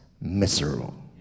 miserable